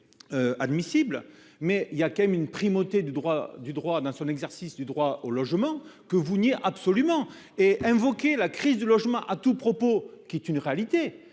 Admissible mais il y a quand même une primauté du droit, du droit dans son exercice du droit au logement que vous veniez absolument et invoqué la crise du logement à tout propos, qui est une réalité